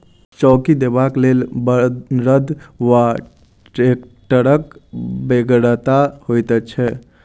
चौकी देबाक लेल बड़द वा टेक्टरक बेगरता होइत छै